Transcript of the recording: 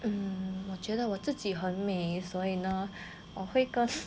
嗯我觉得我自己很美所以呢我会跟